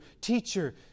teacher